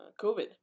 COVID